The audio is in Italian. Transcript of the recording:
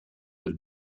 del